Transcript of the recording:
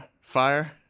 Fire